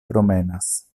promenas